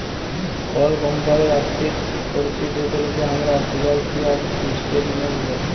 call কমপালির আথ্থিক পরতিবেদলকে আমরা ফিলালসিয়াল ইসটেটমেলট ব্যলি